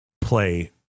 play